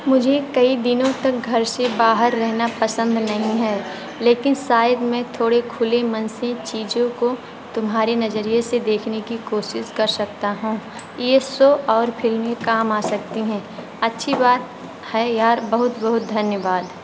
मुझे कई दिनों तक घर से बाहर रहना पसंद नहीं है लेकिन शायद मैं थोड़े खुले मन से चीज़ों को तुम्हारे नज़रिये से देखने की कोशिश कर सकता हूँ यह सो और फिल्में काम आ सकती हैं अच्छी बात है यार बहुत बहुत धन्यवाद